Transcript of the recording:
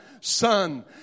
son